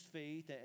faith